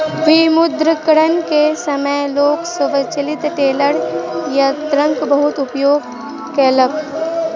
विमुद्रीकरण के समय लोक स्वचालित टेलर यंत्रक बहुत उपयोग केलक